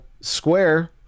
square